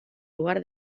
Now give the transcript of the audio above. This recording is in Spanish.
lugar